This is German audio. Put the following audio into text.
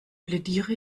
plädiere